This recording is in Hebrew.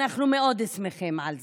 אנחנו מאוד שמחים על זה.